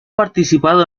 participado